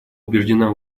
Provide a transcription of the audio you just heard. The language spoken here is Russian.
убеждена